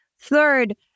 Third